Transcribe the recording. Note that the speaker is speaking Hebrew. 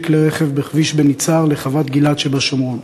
כלי רכב בכביש בין יצהר לחוות-גלעד שבשומרון,